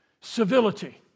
civility